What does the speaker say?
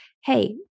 Hey